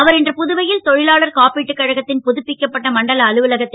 அவர் இன்று புதுவை ல் தொ லாளர் காப்பீட்டுக் கழகத் ன் புதுப்பிக்கப்பட்ட மண்டல அலுவலகத்தை